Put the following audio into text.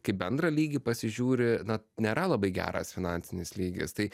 kai bendrą lygį pasižiūri na nėra labai geras finansinis lygis tai